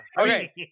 Okay